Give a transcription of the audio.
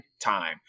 time